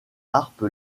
harpe